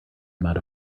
amount